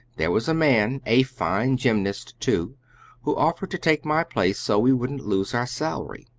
there was a man a fine gymnast, too who offered to take my place so we wouldn't lose our salary,